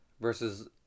versus